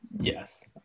Yes